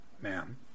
ma'am